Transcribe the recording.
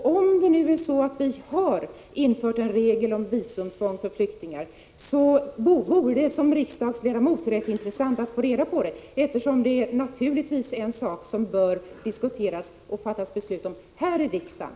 Om det nu har införts en regel om visumtvång för flyktingar, vore det rätt intressant för en riksdagsledamot att få reda på det, eftersom det naturligtvis är en sak som bör diskuteras och fattas beslut om här i riksdagen.